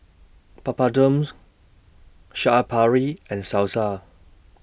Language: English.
Papadums Chaat Papri and Salsa